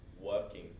working